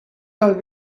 kal